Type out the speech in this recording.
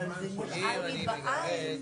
או שיבנו בעצמם